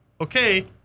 okay